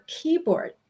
keyboard